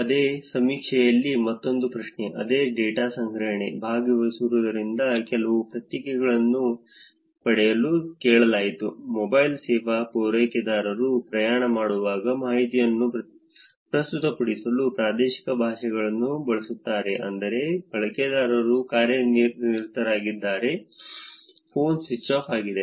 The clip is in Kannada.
ಅದೇ ಸಮೀಕ್ಷೆಯಲ್ಲಿ ಮತ್ತೊಂದು ಪ್ರಶ್ನೆ ಅದೇ ಡೇಟಾ ಸಂಗ್ರಹಣೆ ಭಾಗವಹಿಸುವವರಿಂದ ಕೆಲವು ಪ್ರತಿಕ್ರಿಯೆಗಳನ್ನು ಪಡೆಯಲು ಕೇಳಲಾಯಿತು ಮೊಬೈಲ್ ಸೇವಾ ಪೂರೈಕೆದಾರರು ಪ್ರಯಾಣ ಮಾಡುವಾಗ ಮಾಹಿತಿಯನ್ನು ಪ್ರಸ್ತುತಪಡಿಸಲು ಪ್ರಾದೇಶಿಕ ಭಾಷೆಗಳನ್ನು ಬಳಸುತ್ತಾರೆ ಅಂದರೆ ಬಳಕೆದಾರರು ಕಾರ್ಯನಿರತರಾಗಿದ್ದಾರೆ ಫೋನ್ ಸ್ವಿಚ್ ಆಫ್ ಆಗಿದೆ